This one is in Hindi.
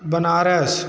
बनारस